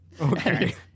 Okay